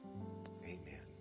amen